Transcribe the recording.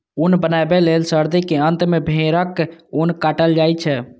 ऊन बनबै लए सर्दी के अंत मे भेड़क ऊन काटल जाइ छै